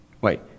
Wait